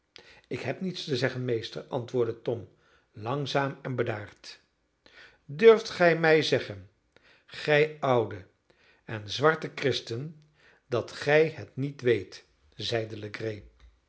ik heb niets te zeggen meester antwoordde tom langzaam en bedaard durft gij mij zeggen gij oude en zwarte christen dat gij het niet weet